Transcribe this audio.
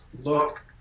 look